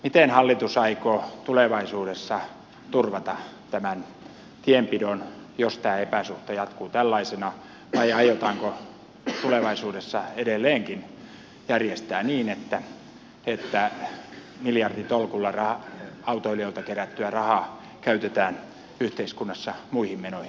miten hallitus aikoo tulevaisuudessa turvata tämän tienpidon jos tämä epäsuhta jatkuu tällaisena vai aiotaanko tulevaisuudessa edelleenkin järjestää niin että miljarditolkulla autoilijoilta kerättyä rahaa käytetään yhteiskunnassa muihin menoihin